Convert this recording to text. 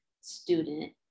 student